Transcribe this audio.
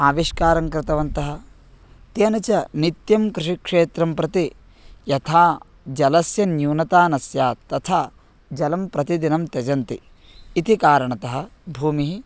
आविष्कारं कृतवन्तः तेन च नित्यं कृषिक्षेत्रं प्रति यथा जलस्य न्यूनता न स्यात् तथा जलं प्रतिदिनं त्यजन्ति इति कारणतः भूमिः